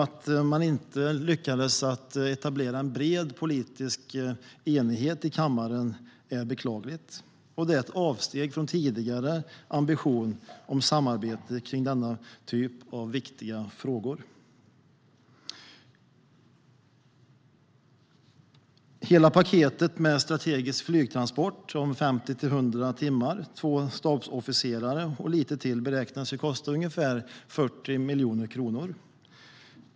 Att man inte lyckades etablera en bred politisk enighet i kammaren är beklagligt och ett avsteg från den tidigare ambitionen om samarbete kring denna typ av viktiga frågor. Hela paketet med strategisk flygtransport om 50-100 timmar, två stabsofficerare och lite till beräknas kosta ungefär 40 miljoner kronor.